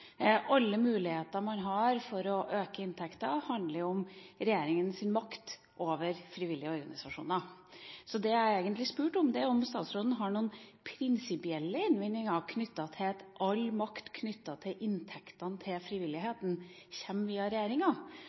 alle muligheter man har for å øke inntektene, handler om regjeringas makt over frivillige organisasjoner. Det jeg egentlig spurte om, er om statsråden har noen prinsipielle innvendinger knyttet til at all makt når det gjelder inntektene til frivilligheten, går via regjeringa.